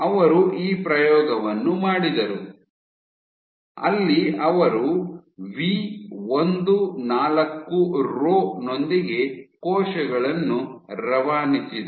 ಅವರು ಈ ಪ್ರಯೋಗವನ್ನು ಮಾಡಿದರು ಅಲ್ಲಿ ಅವರು ವಿ14 ರೋ ನೊಂದಿಗೆ ಕೋಶಗಳನ್ನು ರವಾನಿಸಿದರು